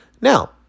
Now